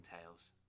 tales